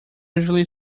usually